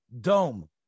dome